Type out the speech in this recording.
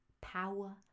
Power